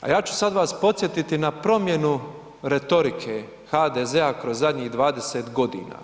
A ja ću sad vas podsjetiti na promjenu retorike HDZ-a kroz zadnjih 20 godina.